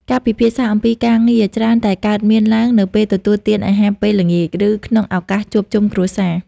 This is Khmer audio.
ការពិភាក្សាអំពីការងារច្រើនតែកើតមានឡើងនៅពេលទទួលទានអាហារពេលល្ងាច ឬក្នុងឱកាសជួបជុំគ្រួសារ។